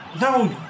No